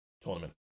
tournament